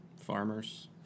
Farmers